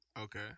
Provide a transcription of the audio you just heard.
Okay